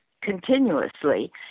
continuously